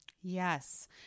Yes